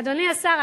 אדוני השר,